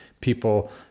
people